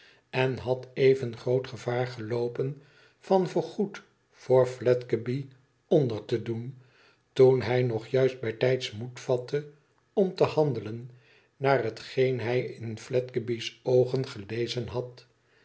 en had even groot gevaar geloopen van voorgoed voor fledgeby onder te doen toen hij nog juist bijtijds moed vatte om te handelen naar hetgeen hij in fledgeby's oogen gelezen had